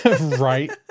right